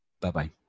Bye-bye